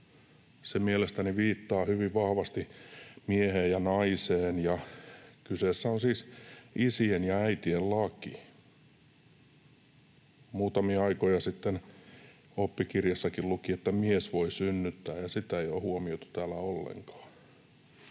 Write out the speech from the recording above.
Se mielestäni viittaa hyvin vahvasti mieheen ja naiseen, ja kyseessä on siis isien ja äitien laki. Muutamia aikoja sitten oppikirjassakin luki, että mies voi synnyttää, ja sitä ei ole huomioitu täällä ollenkaan.